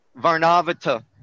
Varnavata